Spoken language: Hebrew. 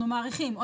אנחנו מעריכים,